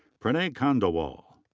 pranay khandelwal.